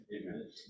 Amen